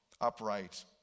upright